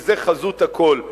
וזה חזות הכול.